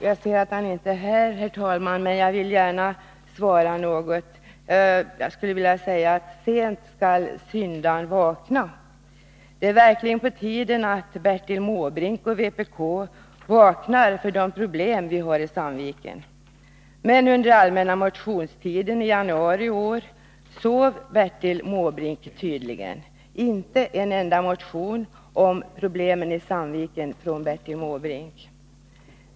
Jag ser att han inte är här nu, men jag vill ändå svara något. Jag skulle vilja säga: Sent skall syndaren vakna. Det är verkligen på tiden att Bertil Måbrink och vpk vaknar och förstår de problem som vi har i Sandviken. Men under allmänna motionstiden i januari i år sov Bertil Måbrink tydligen; det kom inte en enda motion om problemen i Sandviken från Bertil Måbrink.